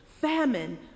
famine